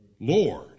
Lord